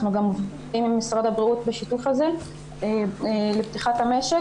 אנחנו גם עובדים עם משרד הבריאות בשיתוף הזה לפתיחת המשק